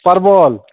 परवल